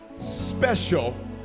special